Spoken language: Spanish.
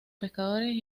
pescadores